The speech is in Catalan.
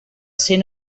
ser